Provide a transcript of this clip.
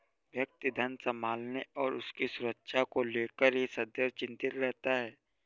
व्यक्ति धन संभालने और उसकी सुरक्षा को लेकर ही सदैव चिंतित रहता है